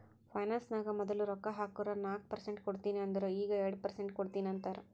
finance ನಾಗ್ ಮದುಲ್ ರೊಕ್ಕಾ ಹಾಕುರ್ ನಾಕ್ ಪರ್ಸೆಂಟ್ ಕೊಡ್ತೀನಿ ಅಂದಿರು ಈಗ್ ಎರಡು ಪರ್ಸೆಂಟ್ ಕೊಡ್ತೀನಿ ಅಂತಾರ್